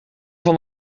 van